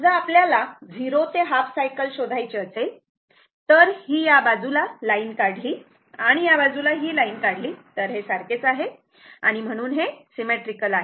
समजा आपल्याला 0 ते हाफ सायकल शोधायचे असेल तर ही या बाजूला लाईन काढली आणि या बाजूला ही लाइन काढली तर हे सारखेच आहे आणि म्हणून हे सिमेट्रीकल आहे